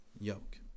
yoke